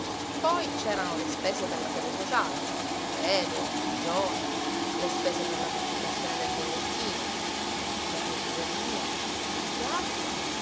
poi c'erano le spese per la sede sociale arredo pigione le spese per la pubblicazione del bollettino lo stipendio di geremia che altro